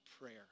prayer